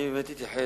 אני באמת אתייחס,